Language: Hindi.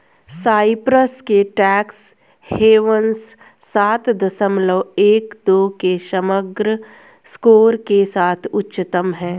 साइप्रस के टैक्स हेवन्स सात दशमलव एक दो के समग्र स्कोर के साथ उच्चतम हैं